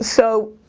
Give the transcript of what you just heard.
so,